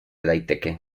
daiteke